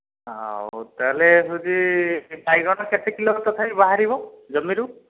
ଆଉ ତା'ହେଲେ ଯଦି ବାଇଗଣ କେତେ କିଲୋ ତଥାପି ବାହାରିବ ଜମିରୁ